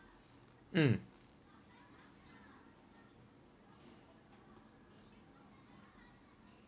mm